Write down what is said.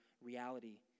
reality